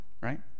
right